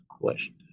question